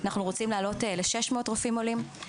אנחנו רוצים להעלות ל-600 רופאים עולים.